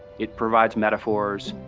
it provides metaphors.